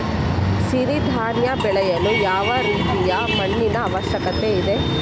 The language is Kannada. ಸಿರಿ ಧಾನ್ಯ ಬೆಳೆಯಲು ಯಾವ ರೀತಿಯ ಮಣ್ಣಿನ ಅವಶ್ಯಕತೆ ಇದೆ?